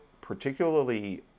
particularly